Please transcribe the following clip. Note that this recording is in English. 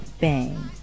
bang